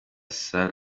saif